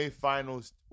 Finals